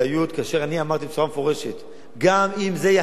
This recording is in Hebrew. כאשר אמרתי בצורה מפורשת שגם אם זה יחסיר